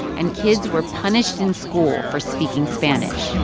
and kids were punished in school for speaking spanish